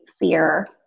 fear